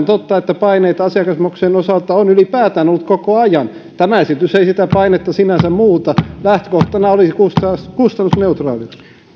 totta että paineita asiakasmaksujen osalta on ylipäätään ollut koko ajan tämä esitys ei sitä painetta sinänsä muuta lähtökohtana olisi kustannusneutraalius